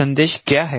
संदेश क्या है